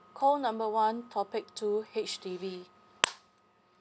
call number one topic two H_D_B